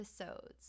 episodes